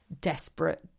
desperate